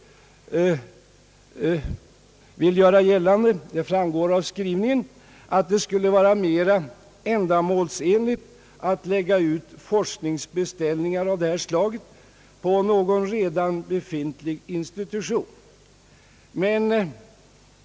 organisation av ett läromedelsförlag göra gällande — det framgår av skrivningen — att det skulle vara mera ändamålsenligt att lägga ut forskningsbeställningar av detta slag på någon redan befintlig institution.